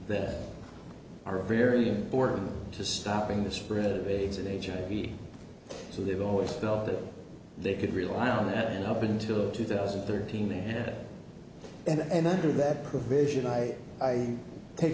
that are very important to stopping the spread of aids in agent he so they've always felt that they could rely on that and up until two thousand and thirteen and and under that provision i i take